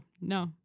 no